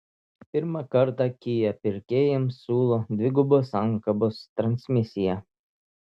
pirmą kartą kia pirkėjams siūlo dvigubos sankabos transmisiją